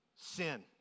sin